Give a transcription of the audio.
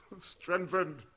strengthened